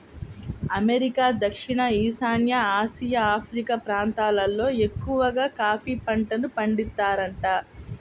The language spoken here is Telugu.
అమెరికా, దక్షిణ ఈశాన్య ఆసియా, ఆఫ్రికా ప్రాంతాలల్లో ఎక్కవగా కాఫీ పంటను పండిత్తారంట